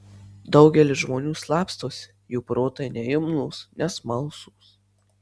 daugelis žmonių slapstosi jų protai neimlūs nesmalsūs